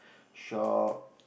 shock